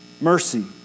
mercy